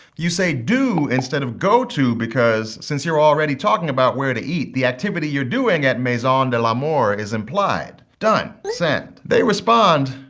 you say do instead of go to because, since you're already talking about where to eat, the activity you're doing at maison de l'amour is implied. done. send. they respond,